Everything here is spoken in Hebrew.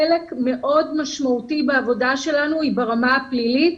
חלק מאוד משמעותי בעבודה שלנו הוא ברמה הפלילית,